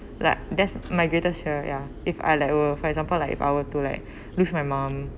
like there's my greatest fear ya if I like were for example like if I were to like lose my mum